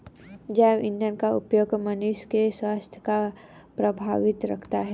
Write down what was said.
जैव ईंधन का उपयोग मनुष्य के स्वास्थ्य को प्रभावित करता है